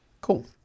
Cool